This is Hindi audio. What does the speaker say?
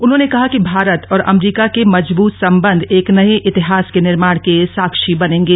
उन्होंने कहा कि भारत और अमरीका के मजबूत संबंध एक नये इतिहास के निर्माण के साक्षी बनेंगे